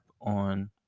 on